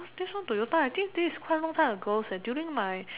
this one Toyota I think this is quite long ago and during my